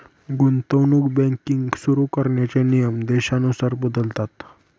गुंतवणूक बँकिंग सुरु करण्याचे नियम देशानुसार बदलतात